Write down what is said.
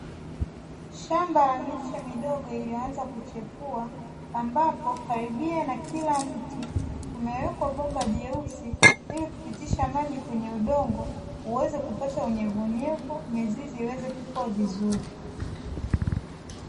Shamba la miche midogo iliyoanza kuchipua. Ambapo karibia na kila mti limewekwa bomba jeusi, ili kupitisha maji kwenye udongo uweze kupata unyevuunyevu mizizi iweze kukua vizuri.